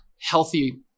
healthy